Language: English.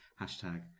hashtag